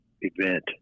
event